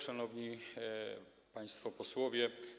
Szanowni Państwo Posłowie!